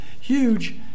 huge